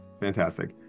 Fantastic